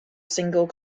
single